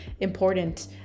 important